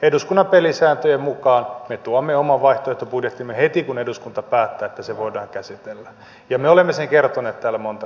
eduskunnan pelisääntöjen mukaan me tuomme oman vaihtoehtobudjettimme heti kun eduskunta päättää että se voidaan käsitellä ja me olemme sen kertoneet täällä monta kertaa